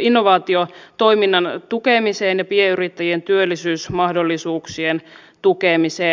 innovaatiotoiminnan tukemiseen ja pienyrittäjien työllisyysmahdollisuuksien tukemiseen